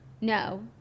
no